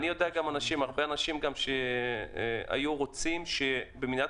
אני יודע שיש הרבה אנשים שהיו רוצים שבמדינת